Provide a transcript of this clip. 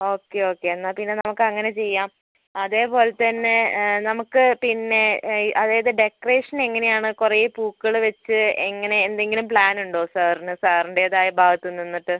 okay okay എന്നാൽ പിന്നെ നമുക്ക് അങ്ങനെ ചെയ്യാം അതുപോലത്തന്നേ നമുക്ക് പിന്നെ ഈ അതായത് ഡെക്കറേഷൻ എങ്ങനെ ആണ് കുറെ പൂക്കൾ വെച്ച് എങ്ങനെ എന്തെങ്കിലും പ്ലാനുണ്ടോ സാറിന് സാറിൻറ്റേതായ ഭാഗത്ത് നിന്നിട്ട്